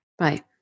right